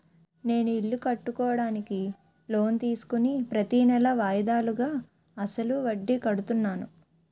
నేను ఇల్లు కట్టుకోడానికి లోన్ తీసుకుని ప్రతీనెలా వాయిదాలుగా అసలు వడ్డీ కడుతున్నాను